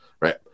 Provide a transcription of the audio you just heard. right